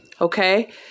okay